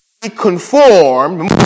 conform